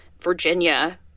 Virginia